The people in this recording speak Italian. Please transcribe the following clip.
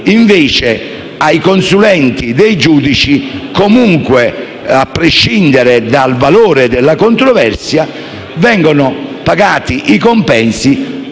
ma ai consulenti dei giudici, a prescindere dal valore della controversia, vengono pagati i compensi